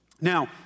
Now